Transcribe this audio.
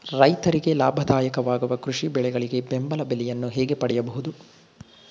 ರೈತರಿಗೆ ಲಾಭದಾಯಕ ವಾಗುವ ಕೃಷಿ ಬೆಳೆಗಳಿಗೆ ಬೆಂಬಲ ಬೆಲೆಯನ್ನು ಹೇಗೆ ಪಡೆಯಬಹುದು?